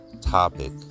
topic